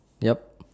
yup